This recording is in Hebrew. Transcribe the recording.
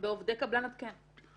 ועובד קבלן, את כן.